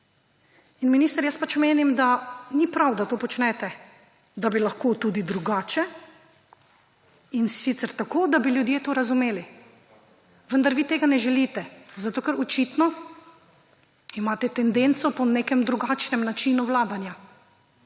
Minister, jaz pač menim, da ni prav, da to počnete, da bi lahko tudi drugače; in sicer tako, da bi ljudje to razumeli. Vendar vi tega ne želite, zato ker očitno imate tendenco po nekem drugačnem načinu vladanja.